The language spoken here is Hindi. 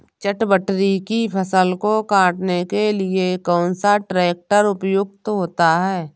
चटवटरी की फसल को काटने के लिए कौन सा ट्रैक्टर उपयुक्त होता है?